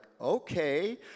okay